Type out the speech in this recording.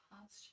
past